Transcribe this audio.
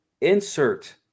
insert